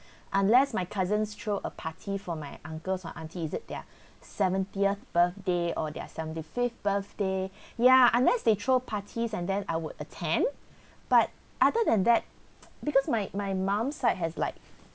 unless my cousins throw a party for my uncles or aunties is it their seventieth birthday or their seventy fifth birthday ya unless they throw parties and then I would attend but other than that because my my mom side has like